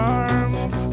arms